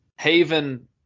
Haven